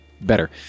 Better